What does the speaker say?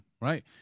right